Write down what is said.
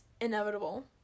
inevitable